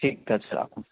ঠিক আছে আ